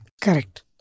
Correct